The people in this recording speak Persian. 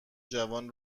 جوان